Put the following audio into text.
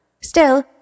Still